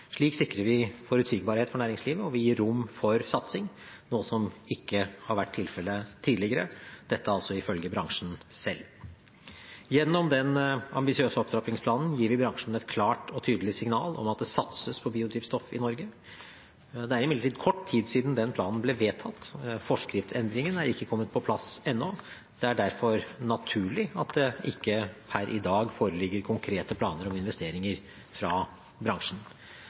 Slik sikrer vi forutsigbarhet for næringslivet, og vi gir rom for satsing – noe som ikke har vært tilfellet tidligere, dette ifølge bransjen selv. Gjennom den ambisiøse opptrappingsplanen gir vi bransjen et klart og tydelig signal om at det satses på biodrivstoff i Norge. Det er imidlertid kort tid siden planen ble vedtatt, og forskriftsendringen er ikke kommet på plass ennå. Det er derfor naturlig at det per i dag ikke foreligger konkrete planer om investeringer fra bransjen.